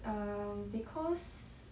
um because